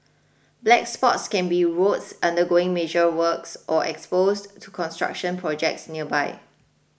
black spots can be roads undergoing major works or exposed to construction projects nearby